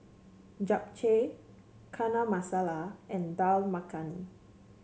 Japchae Chana Masala and Dal Makhani